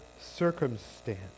circumstance